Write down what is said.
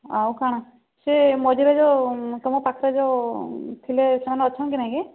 ଆଉ କ'ଣ ସେ ମଝିରେ ଯୋଉ ତୁମ ପାଖରେ ଯୋଉ ଥିଲେ ସେମାନେ ଅଛନ୍ତି ନାଇଁ କି